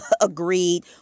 agreed